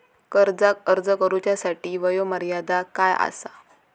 कर्जाक अर्ज करुच्यासाठी वयोमर्यादा काय आसा?